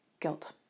Guilt